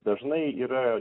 dažnai yra